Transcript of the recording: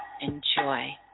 enjoy